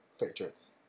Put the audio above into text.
Patriots